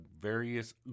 various